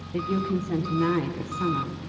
if you'll consent to marry, this summer,